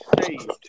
saved